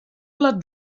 les